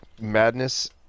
Madness